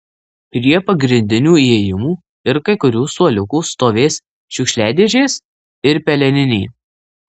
prie pagrindinių įėjimų ir kai kurių suoliukų stovės šiukšliadėžės ir peleninė